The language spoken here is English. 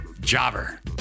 Jobber